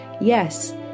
Yes